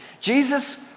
Jesus